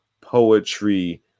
poetry